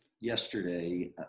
yesterday